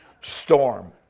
Storm